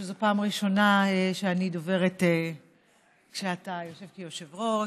זו פעם ראשונה שאני דוברת כשאתה יושב כיושב-ראש.